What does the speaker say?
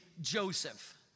Joseph